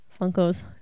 Funkos